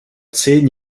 zehn